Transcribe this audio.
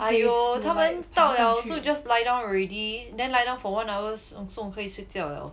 !aiyo! 他们到 liao 也是 just lie down already then lie down for one hour song song 可以睡觉 liao